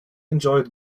enjoyed